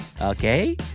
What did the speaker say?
Okay